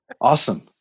awesome